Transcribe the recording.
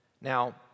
Now